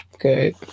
Good